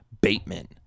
Bateman